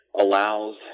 allows